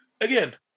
Again